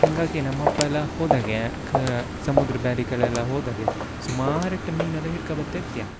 ಹಾಗಾಗೆ ನಮ್ಮ ಅಪ್ಪೆಲ ಹೋದಾಗೇ ಕ ಸಮುದ್ರ ಬ್ಯಾಡಿ ಕಡೆಲ್ಲ ಹೋದಗೆ ಸುಮಾರಟ್ ಮೀನೆಲ್ಲ ಹಿಡ್ಕ ಬತ್ತ ಇರ್ತ್ಯಾ